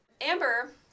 Amber